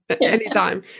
anytime